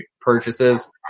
purchases